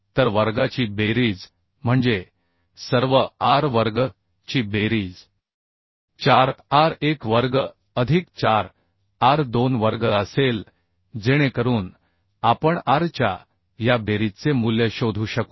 तर वर्गाची बेरीज म्हणजे सर्व r वर्ग ची बेरीज 4r1 वर्ग अधिक 4r2 वर्ग असेल जेणेकरून आपण r च्या या बेरीजचे मूल्य शोधू शकू